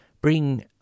Bring